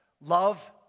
love